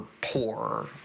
poor